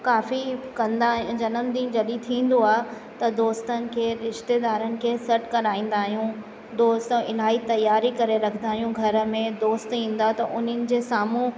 काफी कंदा ऐं जनम दिन जॾहिं थींदो आहे त दोस्तनि खे रिश्तेदारनि खे सॾु कराईंदा आहियूं दोस्त इलाही तयारी करे रखंदा आहियूं घर में दोस्त ईंदा त उन्हनि जे साम्हूं